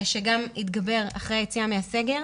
שגם התגבר אחרי היציאה מהסגר.